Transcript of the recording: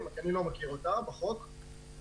אני לא מכיר בחוק סמכות שכזו.